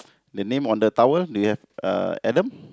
the name on the tower do you have uh Adam